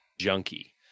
junkie